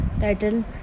title